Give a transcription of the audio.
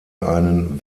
einen